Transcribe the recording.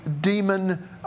demon